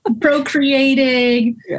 procreating